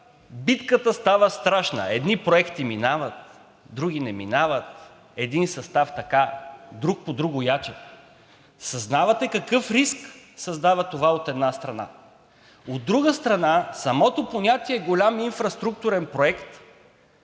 битката става страшна – едни проекти минават, други не минават, един състав така, друг по-другояче. Съзнавате какъв риск създава това, от една страна. От друга страна, самото понятие „голям инфраструктурен проект“